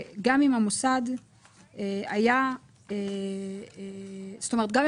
שווי הנזק בעד כל יום היעדרות של העובד העצמאי בשל המצב